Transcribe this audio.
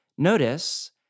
Notice